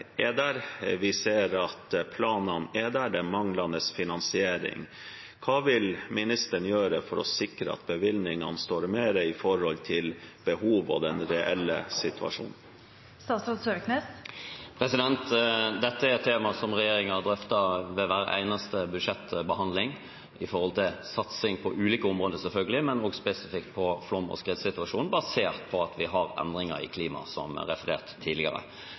er der, vi ser at planene er der. Det er manglende finansiering. Hva vil ministeren gjøre for å sikre at bevilgningene står mer i forhold til behovet og den reelle situasjonen? Dette er et tema som regjeringen har drøftet ved hver eneste budsjettbehandling, når det gjelder satsing på ulike områder, selvfølgelig, men også spesifikt på flom- og skredsituasjonen, basert på at vi har endringer i klimaet, som jeg refererte til tidligere.